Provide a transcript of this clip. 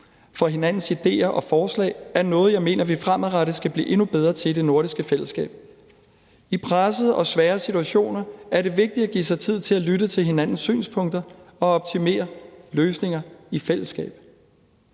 for hinandens idéer og forslag er noget, jeg mener vi fremadrettet skal blive endnu bedre til i det nordiske fællesskab. I pressede og svære situationer er det vigtigt at give sig tid til at lytte til hinandens synspunkter og optimere løsninger i fællesskab.